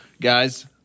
Guys